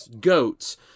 goats